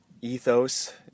ethos